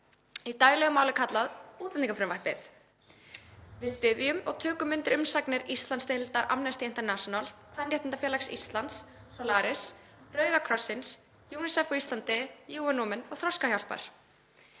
í daglegu [tali] kallað útlendingafrumvarpið. Við styðjum og tökum undir umsagnir Íslandsdeildar Amnesty International, Kvenréttindafélags Íslands, Solaris, Rauða krossins, UNICEF á Íslandi, UN Women og Þroskahjálpar.